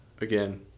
again